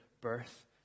birth